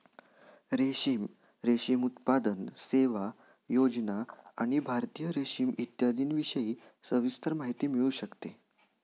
रेशीम, रेशीम उत्पादन, सेवा, योजना आणि भारतीय रेशीम इत्यादींविषयी सविस्तर माहिती मिळू शकते